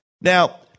Now